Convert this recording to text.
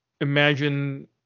imagine